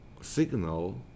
signal